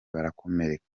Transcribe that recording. barakomereka